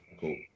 cool